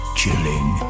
chilling